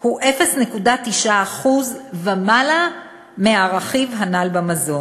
הוא 0.9% ומעלה מהרכיב הנ"ל במזון.